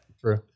True